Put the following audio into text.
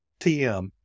TM